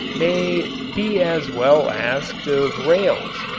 may be as well asked of rails,